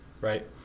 right